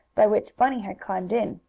by which bunny had climbed in.